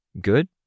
Good